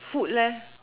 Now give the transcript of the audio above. food leh